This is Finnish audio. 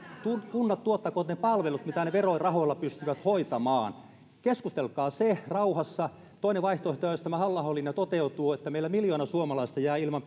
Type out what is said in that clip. kunnat tuottakoot ne palvelut mitä ne verorahoilla pystyvät hoitamaan keskustelkaa se rauhassa toinen vaihtoehto on jos tämä halla ahon linja toteutuu että meillä miljoona suomalaista jää ilman